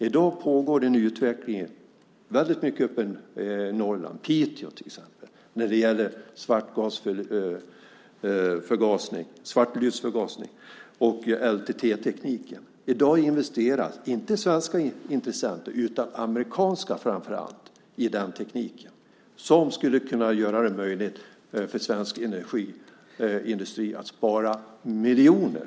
I dag pågår utvecklingen i hög grad uppe i Norrland. I Piteå jobbar man till exempel med svartlutsförgasning och LTT-teknik. I dag investerar inte svenska utan framför allt amerikanska intressenter i denna teknik som skulle kunna göra det möjligt för svensk industri att spara miljoner.